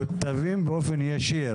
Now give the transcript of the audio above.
למכותבים באופן ישיר,